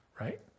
right